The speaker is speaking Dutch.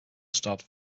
staat